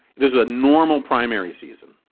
there's a normal primary season